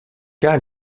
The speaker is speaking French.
cas